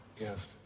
yes